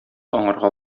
аңарга